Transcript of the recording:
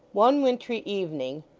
one wintry evening,